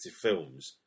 films